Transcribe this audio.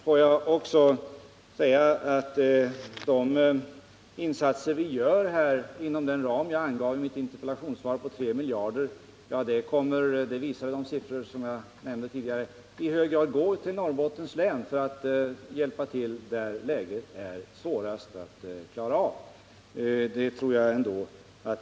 De insatser vi gör inom den ram på 3 miljarder som jag angav i mitt interpellationssvar går — det visar de siffror jag nämnde tidigare — i hög grad till Norrbottens län för att hjälpa till där läget är svårast att klara av.